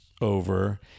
over